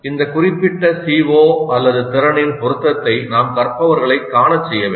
இந்த குறிப்பிட்ட CO திறனின் பொருத்தத்தை நாம் கற்பவர்களைக் காண செய்ய வேண்டும்